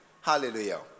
Hallelujah